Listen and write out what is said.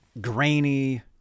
grainy